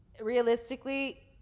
realistically